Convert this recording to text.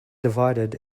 divided